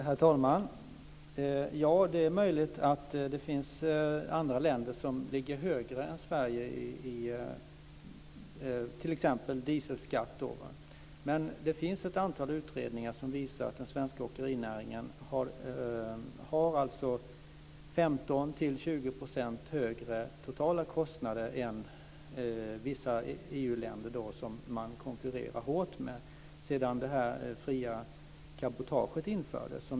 Herr talman! Ja, det är möjligt att det finns andra länder som ligger högre än Sverige t.ex. när det gäller dieselskatt. Men det finns ett antal utredningar som visar att den svenska åkerinäringen har 15-20 % högre totala kostnader än vissa EU-länder som man konkurrerar hårt med sedan fritt cabotage infördes.